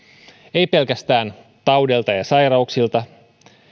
ei pelkästään taudeilta ja sairauksilta